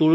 তোৰ